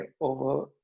over